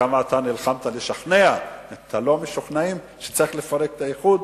כמה אתה נלחמת לשכנע את הלא-משוכנעים שצריך לפרק את האיחוד